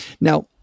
Now